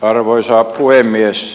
arvoisa puhemies